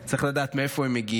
צריך לדעת מאיפה הם מגיעים,